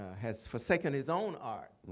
has forsaken his own art,